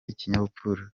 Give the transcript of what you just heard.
ikinyabupfura